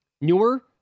Newer